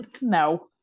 No